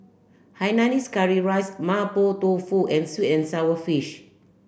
Hainanese curry rice mapo tofu and sweet and sour fish